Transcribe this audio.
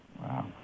Wow